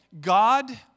God